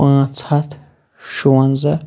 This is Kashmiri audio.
پانژھ ہَتھ شُونزہ